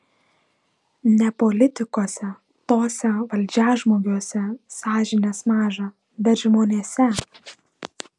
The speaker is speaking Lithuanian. ne politikuose tuose valdžiažmogiuose sąžinės maža bet žmonėse